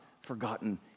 forgotten